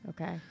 Okay